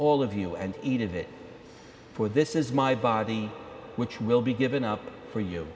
all of you and eat of it for this is my body which will be given up for you